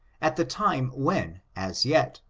at the time when, as yet,